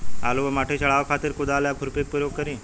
आलू पर माटी चढ़ावे खातिर कुदाल या खुरपी के प्रयोग करी?